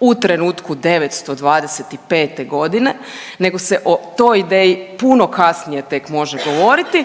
u trenutku '925.g. nego se o toj ideji puno kasnije tek može govoriti,